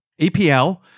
EPL